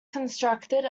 constructed